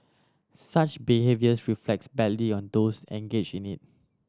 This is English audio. such behaviours reflects badly on those engage in it